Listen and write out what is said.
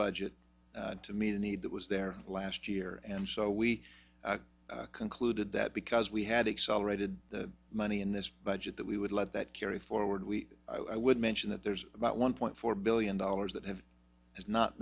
budget to meet a need that was there last year and so we concluded that because we had accelerated money in this budget that we would let that carry forward we would mention that there's about one point four billion dollars that have not